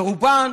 רובם,